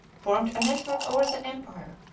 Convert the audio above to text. formed a network over the empire,